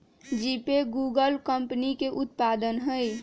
GPay Google company के उत्पाद हइ